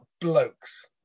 blokes